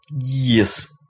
Yes